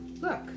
look